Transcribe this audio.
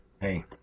Hey